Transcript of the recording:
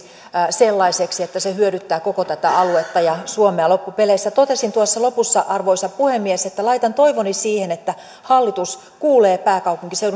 sellaiseksi että se hyödyttää koko tätä aluetta ja suomea loppupeleissä totesin tuossa lopussa arvoisa puhemies että laitan toivoni siihen että hallitus kuulee pääkaupunkiseudun